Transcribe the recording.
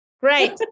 Great